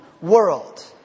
world